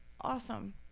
Awesome